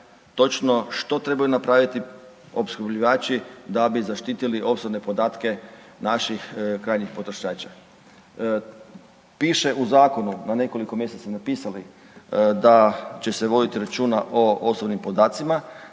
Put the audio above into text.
točno što trebaju napraviti opskrbljivači da bi zaštitili osobne podatke naših krajnjih potrošača. Piše u zakonu, na nekoliko mjesta ste napisali da će se vodit računa o osobnim podacima,